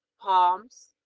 palms,